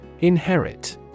Inherit